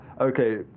Okay